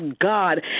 God